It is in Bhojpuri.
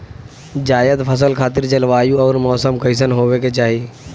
जायद फसल खातिर जलवायु अउर मौसम कइसन होवे के चाही?